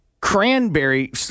cranberry